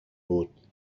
بود